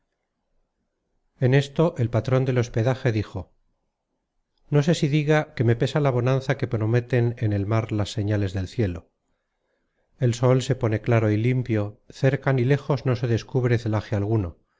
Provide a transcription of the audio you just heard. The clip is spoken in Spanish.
en esto el patron del hospedaje dijo no sé si diga que me pesa la bonanza que prometen en el mar las señales del cielo el sol se pone claro y limpio cerca ni lejos no se descubre celaje alguno